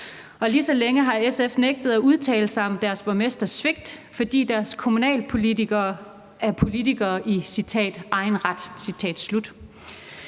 Lige så længe har SF nægtet at udtale sig om deres borgmesters svigt, fordi deres kommunalpolitikere er politikere »i egen ret«.